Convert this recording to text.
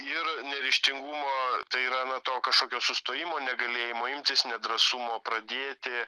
ir neryžtingumo tai yra na to kažkokio sustojimo negalėjimo imtis nedrąsumo pradėti